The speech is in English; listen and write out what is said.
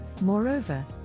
Moreover